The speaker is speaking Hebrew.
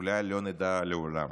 אולי לא נדע לעולם.